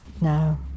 No